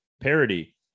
parody